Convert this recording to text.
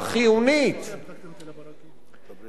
כמובן,